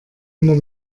immer